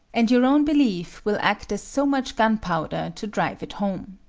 and your own belief will act as so much gunpowder to drive it home.